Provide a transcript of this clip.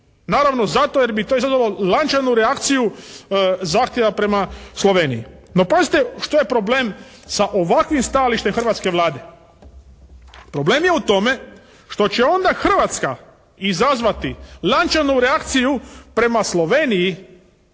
Naravno zato jer bi izazvalo lančanu reakciju zahtjeva prema Sloveniji. No pazite što je problem sa ovakvim stajalištem hrvatske Vlade. Problem je u tome što će onda Hrvatska izazvati lančanu reakciju prema Sloveniji,